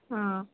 ಹಾಂ